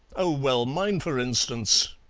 oh, well, mine for instance,